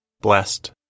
Blessed